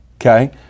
Okay